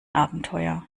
abenteuer